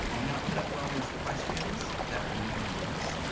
i'm going to put up those questions that we use,